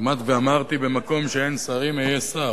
כמעט ואמרתי: במקום שאין שרים היה שר,